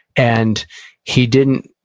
and he didn't,